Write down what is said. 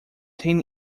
ten